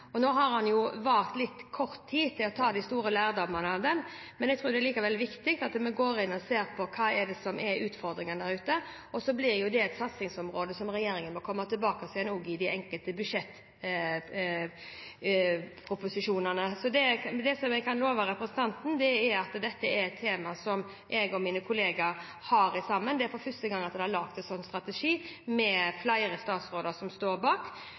å ta de store lærdommene av den. Jeg tror likevel det er viktig at vi går inn og ser på hva det er som er utfordringene der ute, og så blir det et satsingsområde som regjeringen må komme tilbake til i de enkelte budsjettproposisjonene. Men det som jeg kan love representanten, er at dette er et tema som jeg og mine kollegaer står sammen om. Det er første gang det er laget en sånn strategi som flere statsråder står bak.